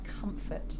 comfort